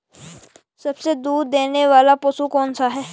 सबसे ज़्यादा दूध देने वाला पशु कौन सा है?